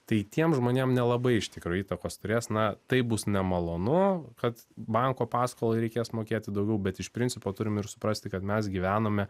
tai tiem žmonėm nelabai iš tikrųjų įtakos turės na taip bus nemalonu kad banko paskolą reikės mokėti daugiau bet iš principo turim ir suprasti kad mes gyvenome